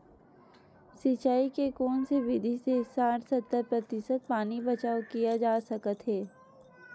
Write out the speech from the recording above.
सिंचाई के कोन से विधि से साठ सत्तर प्रतिशत पानी बचाव किया जा सकत हे?